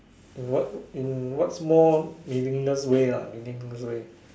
in what in what small meaningless way lah meaningless way